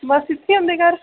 बस इत्थै होंदे घर